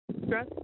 stress